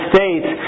States